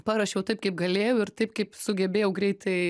paruošiau taip kaip galėjau ir taip kaip sugebėjau greitai